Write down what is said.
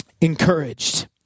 encouraged